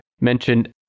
mentioned